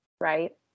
right